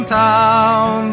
town